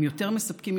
הם יותר מספקים,